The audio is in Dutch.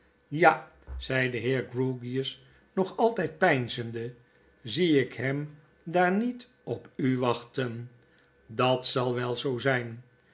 ja zeide de heer grewgious nog altgd peinzende zie ik hem daar niet op u wachten p dat zal wel zoo zgn